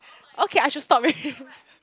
okay I should stop